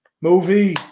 movie